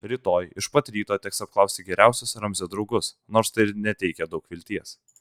rytoj iš pat ryto teks apklausti geriausius ramzio draugus nors tai ir neteikia daug vilties